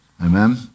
Amen